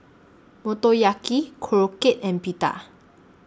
Motoyaki Korokke and Pita